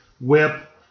whip